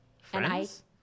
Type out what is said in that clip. Friends